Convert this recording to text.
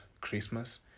Christmas